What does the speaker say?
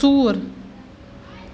ژوٗر